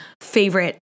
favorite